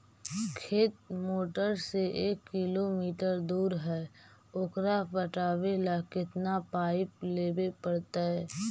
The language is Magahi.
खेत मोटर से एक किलोमीटर दूर है ओकर पटाबे ल केतना पाइप लेबे पड़तै?